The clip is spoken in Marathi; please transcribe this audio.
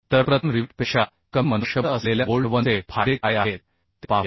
तर प्रथम रिवेटपेक्षा कमी मनुष्यबळ असलेल्या बोल्ट वनचे फायदे काय आहेत ते पाहूया